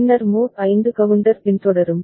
பின்னர் mode 5 counter பின்தொடரும்